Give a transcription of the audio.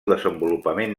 desenvolupament